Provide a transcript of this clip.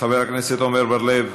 חבר הכנסת עמר בר-לב,